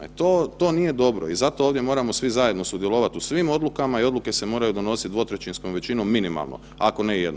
To nije dobro i zato ovdje moramo svi zajedno sudjelovati u svim odlukama i odluke se moraju donositi dvotrećinskom većinom minimalno, ako ne i jednoglasno.